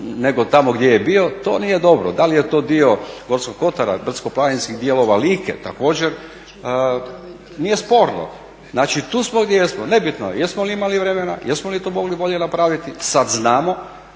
nego tamo gdje je bio to nije dobro. Da li je to dio Gorskog kotara, brdsko-planinskih dijelova Like, također nije sporno. Znači tu smo gdje jesmo, nebitno jesmo li imali vremena, jesmo li to mogli bolje napraviti, sada znamo